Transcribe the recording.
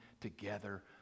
together